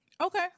okay